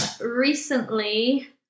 recently